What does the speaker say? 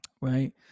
right